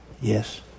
Yes